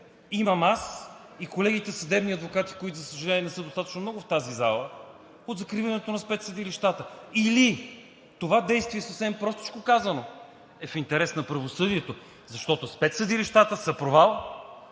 имам аз и колегите съдебни адвокати, които, за съжаление, не са достатъчно много в тази зала от закриването на спецсъдилищата? Или това действие съвсем простичко казано е в интерес на правосъдието, защото спецсъдилищата са провал